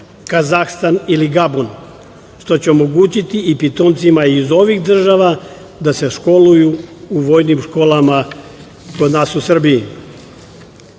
Kazakstan ili Gabun, što će omogućiti i pitomcima iz ovih država da se školuju u vojnim školama kod nas u